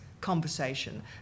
conversation